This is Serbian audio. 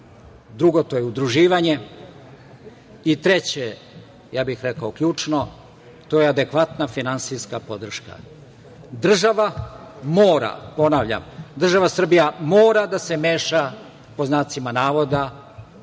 drugo, to je udruživanje i treće, ja bih rekao ključno, to je adekvatna finansijska podrška. Država mora, ponavljam, država Srbija mora da se „meša“ u taj deo,